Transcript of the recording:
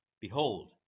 Behold